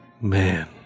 man